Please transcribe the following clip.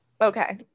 Okay